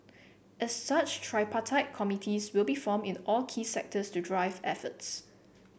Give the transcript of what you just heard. as such tripartite committees will be formed in all key sectors to drive efforts